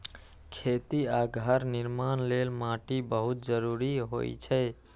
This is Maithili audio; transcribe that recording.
खेती आ घर निर्माण लेल माटि बहुत जरूरी होइ छै